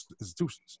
institutions